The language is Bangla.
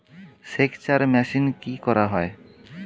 সেকচার মেশিন কি করা হয়?